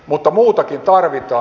mutta muutakin tarvitaan